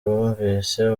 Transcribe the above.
bumvise